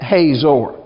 Hazor